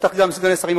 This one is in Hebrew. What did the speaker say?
בטח גם סגני שרים.